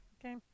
okay